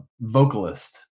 vocalist